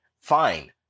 Fine